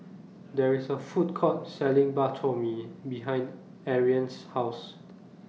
There IS A Food Court Selling Bak Chor Mee behind Ariane's House